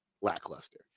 lackluster